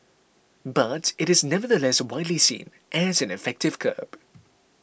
but it is nevertheless widely seen as an effective curb